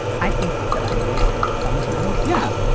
i think that i'm nice sometimes. yeah.